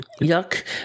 yuck